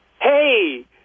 hey